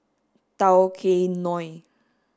Tao Kae Noi